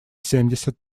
семьдесят